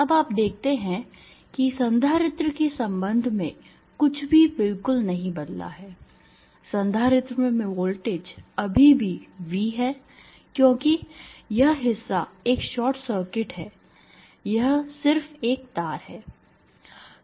अब आप देखते हैं कि संधारित्र के संबंध में कुछ भी बिल्कुल नहीं बदला है संधारित्र में वोल्टेज अभी भी V है क्योंकि यह हिस्सा एक शार्ट सर्किट है यह सिर्फ एक तार है